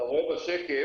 אתה רואה בשקף,